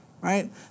right